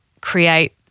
create